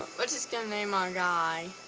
lets just kind of name our guy.